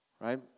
right